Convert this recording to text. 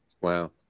wow